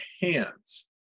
hands